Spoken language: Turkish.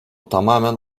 tamamen